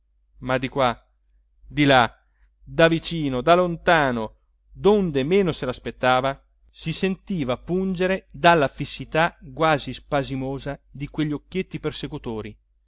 ma di qua di là da vicino da lontano donde meno se laspettava si sentiva pungere dalla fissità quasi spasimosa di quegli occhietti persecutori